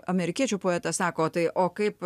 amerikiečių poetas sako tai o kaip